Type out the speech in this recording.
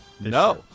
No